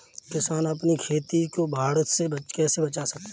किसान अपनी खेती को बाढ़ से कैसे बचा सकते हैं?